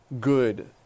good